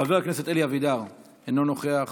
חבר הכנסת אלי אבידר, אינו נוכח,